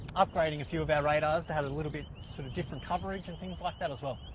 upgrading a few of our radars to have a little bit sort of different coverage and things like that as well.